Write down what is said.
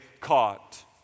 caught